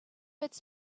its